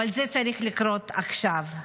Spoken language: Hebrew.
אבל זה צריך לקרות עכשיו.